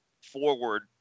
forward